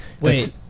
Wait